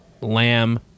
lamb